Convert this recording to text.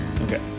okay